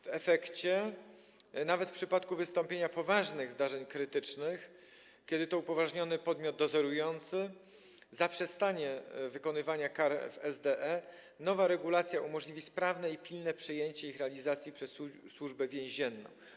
W efekcie nawet w przypadku wystąpienia poważnych zdarzeń krytycznych, kiedy to upoważniony podmiot dozorujący zaprzestanie wykonywania kar w SDE, nowa regulacja umożliwi sprawne i pilne przejęcie ich realizacji przez Służbę Więzienną.